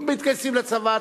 מתגייסים לצבא,